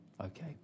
Okay